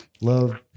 Love